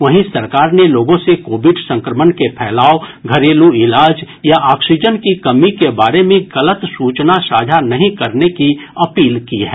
वहीं सरकार ने लोगों से कोविड संक्रमण के फैलाव घरेलू इलाज या ऑक्सीजन की कमी के बारे में गलत सूचना साझा नहीं करने की अपील की है